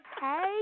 Hey